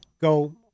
Go